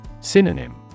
Synonym